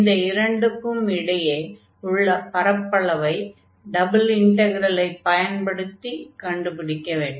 இந்த இரண்டுக்கும் இடையே உள்ள பரப்பளவை டபுள் இன்டக்ரலை பயன்படுத்தி கண்டுபிடிக்க வேண்டும்